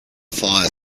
fire